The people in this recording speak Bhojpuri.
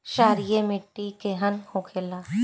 क्षारीय मिट्टी केहन होखेला?